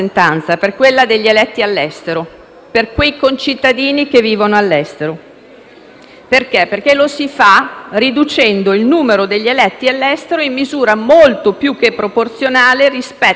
perché lo si fa riducendo il numero degli eletti all'estero in misura molto più che proporzionale, nel rapporto tra eletti ed elettori, rispetto a quanto non avvenga a livello nazionale.